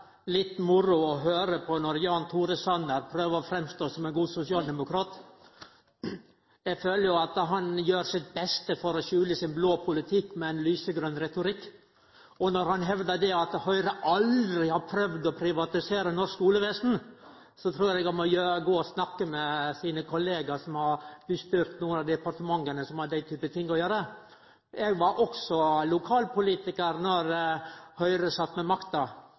litt moro å høyre når Jan Tore Sanner prøver å stå fram som ein god sosialdemokrat. Eg føler jo at han gjer sitt beste for å skjule sin blå politikk med ein lysegrøn retorikk, og når han hevdar at Høgre aldri har prøvd å privatisere norsk skuleverk, trur eg han må gå og snakke med sine kollegaer som har styrt nokre av dei departementa som har med den typen ting å gjere. Eg var også lokalpolitikar då Høgre sat med makta.